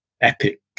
epic